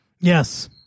Yes